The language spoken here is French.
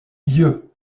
dieux